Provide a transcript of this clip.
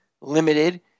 limited